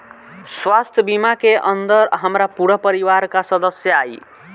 स्वास्थ्य बीमा के अंदर हमार पूरा परिवार का सदस्य आई?